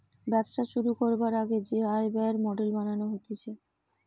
ব্যবসা শুরু করবার আগে যে আয় ব্যয়ের মডেল বানানো হতিছে